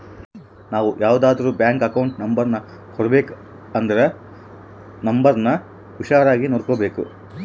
ನಾವು ಯಾರಿಗಾದ್ರೂ bank account number ಕೊಡಬೇಕಂದ್ರ ನೋಂಬರ್ನ ಹುಷಾರಾಗಿ ನೋಡ್ಬೇಕು